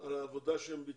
על העבודה שהם ביצעו,